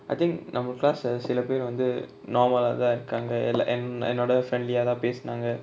I think நம்ம:namma class lah சிலபேர் வந்து:silaper vanthu normal ah தா இருக்காங்க:tha irukanga ela~ and என்னோட:ennoda friendly ah தா பேசினாங்க:tha pesinanga